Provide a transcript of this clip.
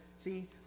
See